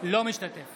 משתתף